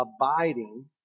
abiding